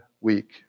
week